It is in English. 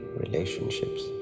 relationships